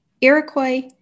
Iroquois